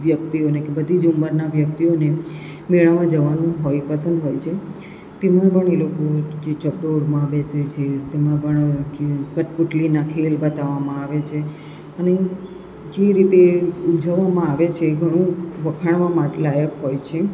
વ્યક્તિઓને કે બધી જ ઉંમરના વ્યક્તિઓને મેળામાં જવાનું હોય પસંદ હોય છે તેમાં પણ એ લોકો જે ચકડોળમાં બેસે છે એમાં પણ કઠપુતળીના ખેલ બતાવવામાં આવે છે અને જે રીતે ઉજવવામાં આવે છે ઘણો વખાણવાલાયક હોય છે